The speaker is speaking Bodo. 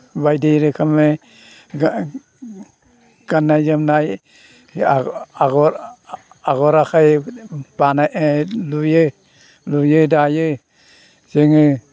बायदि रोखोमनि गान्नाय जोमनाय आगर आगर आखाइ बानाय लुयो दायो जोङो